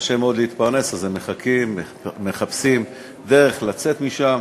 שקשה מאוד להתפרנס בהן, מחפשים דרך לצאת מהן